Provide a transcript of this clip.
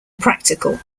practical